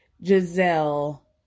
Giselle